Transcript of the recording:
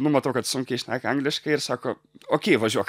nu matau kad sunkiai šneka angliškai ir sako okei važiuok